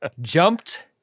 jumped